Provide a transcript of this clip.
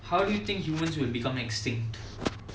how do you think humans will become extinct